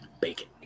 bacon